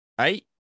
eight